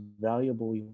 valuable